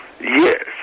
Yes